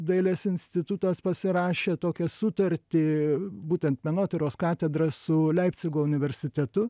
dailės institutas pasirašė tokią sutartį būtent menotyros katedra su leipcigo universitetu